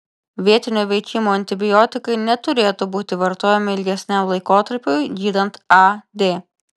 vietinio veikimo antibiotikai neturėtų būti vartojami ilgesniam laikotarpiui gydant ad